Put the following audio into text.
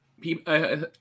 people